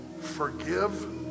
forgive